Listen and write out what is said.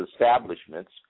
establishments